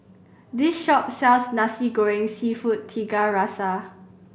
this shop sells Nasi Goreng Seafood Tiga Rasa